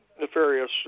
nefarious